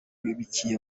biciye